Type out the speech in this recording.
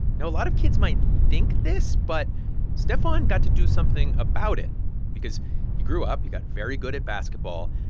now, a lot of kids might think this, but stephon got to do something about it because he grew up. he got very good at basketball.